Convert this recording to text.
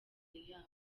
yabo